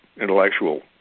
intellectual